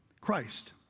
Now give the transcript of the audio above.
Christ